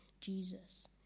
Jesus